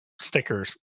stickers